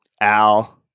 Al